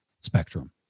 spectrum